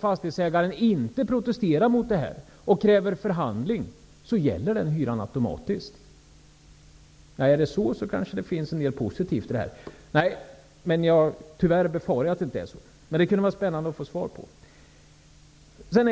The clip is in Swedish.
fastighetsägaren inte protesterar mot detta och kräver förhandling, så gäller den hyran automatiskt. Är det så kanske det finns en del positivt i förslaget. Tyvärr befarar jag att det inte är så. Men det kunde vara spännande att få svar på det.